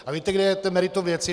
A víte, kde je meritum věci?